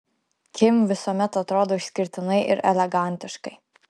kim visuomet atrodo išskirtinai ir elegantiškai